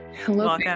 Hello